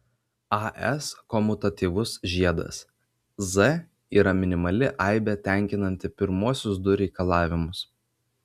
as komutatyvus žiedas z yra minimali aibė tenkinanti pirmuosius du reikalavimus